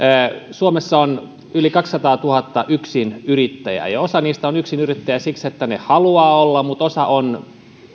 suomessa on yli kaksisataatuhatta yksinyrittäjää ja osa heistä on yksinyrittäjiä siksi että he haluavat olla mutta osa on